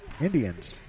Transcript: Indians